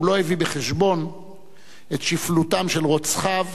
הוא לא הביא בחשבון את שפלותם של רוצחיו,